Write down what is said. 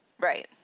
right